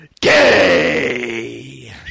gay